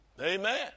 Amen